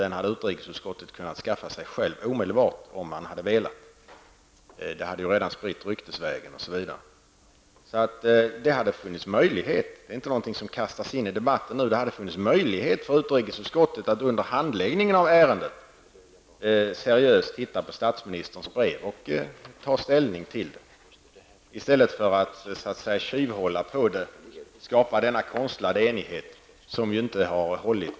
Den hade utrikesutskottet omedelbart kunnat skaffa sig om man hade velat. Innehållet i brevet hade ju redan spritts ryktesvägen. Det hade alltså funnits möjlighet för utrikesutskottet att under handläggningen av ärendet seriöst diskutera statsministerns brev och ta ställning till det i stället för att tjuvhålla på det och skapa denna konstlade enighet som inte alls har hållit.